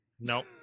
Nope